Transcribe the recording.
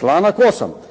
Članak 8.